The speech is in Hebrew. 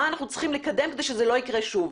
מה אנחנו צריכים לקדם כדי שזה לא יקרה שוב.